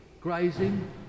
grazing